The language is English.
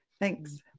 Thanks